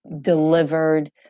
delivered